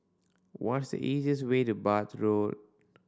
what's the easiest way to Bath Road